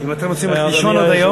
אם אתם רוצים ללכת לישון עוד היום,